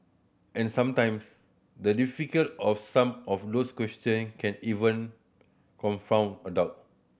and sometimes the difficulty of some of these question can even confound adult